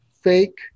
fake